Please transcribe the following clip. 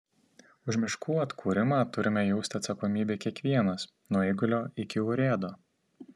už miškų atkūrimą turime jausti atsakomybę kiekvienas nuo eigulio iki urėdo